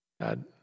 God